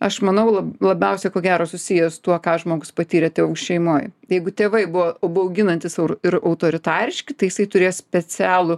aš manau lab labiausiai ko gero susiję su tuo ką žmogus patyrė tėvų šeimoj jeigu tėvai buvo bauginantys ir autoritariški tai jisai turės specialų